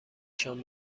شام